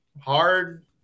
hard